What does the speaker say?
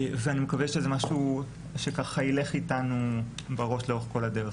אני מקווה שזה משהו שילך איתנו בראש לאורך כל הדרך.